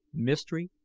mystery,